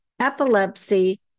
epilepsy